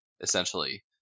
essentially